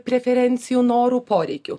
preferencijų norų poreikių